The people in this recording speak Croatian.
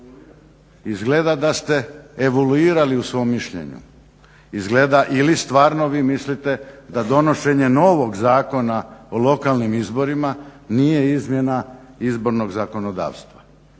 izgleda da ste evaluirali u svom mišljenju, izgleda, ili stvarno vi mislite da donošenje novog zakona o lokalnim izborima nije izmjena izbornog zakonodavstva.